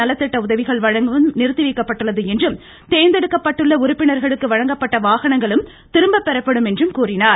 நல திட்ட உதவிகள் வழங்குவதும் நிறுத்திவைக்கப்பட்டுள்ளது பயனாளிகளுக்கான என்றும் தேர்ந்தெடுக்கப்பட்டுள்ள உறுப்பினர்களுக்கு வழங்கப்பட்ட வாகனங்களும் கிரும்ப பெறப்படும் என்றும் கூறியுள்ளார்